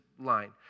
line